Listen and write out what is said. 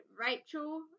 Rachel